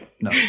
no